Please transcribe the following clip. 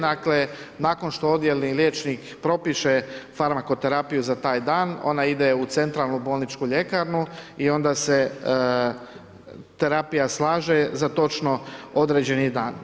Dakle, što odjelni liječnik propiše farmakoterapiju za taj dan ona ide u centralnu bolničku ljekarnu i onda se terapija slaže za točno određeni dan.